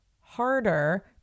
harder